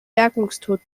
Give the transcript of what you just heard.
bergungstod